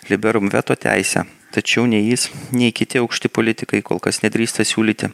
liberum veto teisę tačiau nei jis nei kiti aukšti politikai kol kas nedrįsta siūlyti